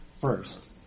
first